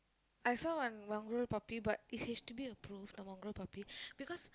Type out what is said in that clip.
I saw on Mongrel puppies but is H_D_B approved the Mongrel puppies because